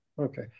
Okay